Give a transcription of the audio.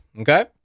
okay